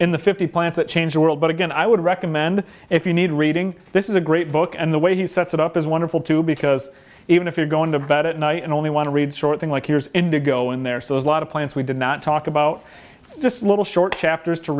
in the fifty plants that change the world but again i would recommend if you need reading this is a great book and the way he sets it up is wonderful too because even if you're going to bed at night and only want to read short things like here's indigo in there so there's a lot of plants we did not talk about just little short chapters to